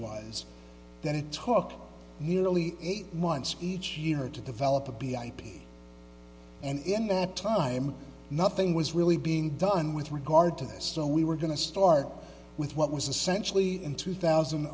wise then it talked nearly eight months each year to develop a b ip and in that time nothing was really being done with regard to this so we were going to start with what was essentially in two thousand